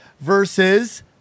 versus